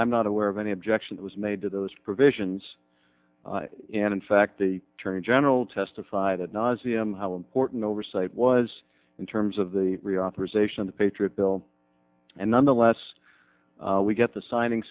i'm not aware of any objection that was made to those provisions and in fact the attorney general testified that nazia him how important oversight was in terms of the reauthorization of the patriot bill and nonetheless we get the signing